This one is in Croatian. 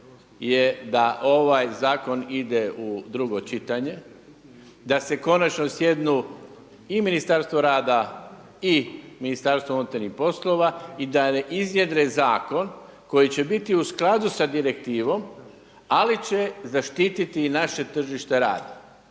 je da ovaj zakon ide u drugo čitanje, da se konačno sjednu i Ministarstvo rada i Ministarstvo unutarnjih poslova i da iznjedre zakon koji će biti u skladu sa direktivom ali će zaštiti i naše tržište rada,